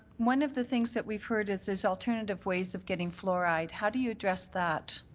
one of the things that we've heard is there's alternative ways of getting fluoride. how do you address that?